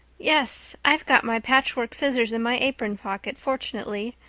yes. i've got my patchwork scissors in my apron pocket fortunately,